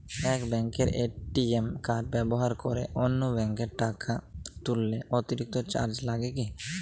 এক ব্যাঙ্কের ATM card ব্যবহার করে অন্য ব্যঙ্কে টাকা তুললে অতিরিক্ত চার্জ লাগে কি?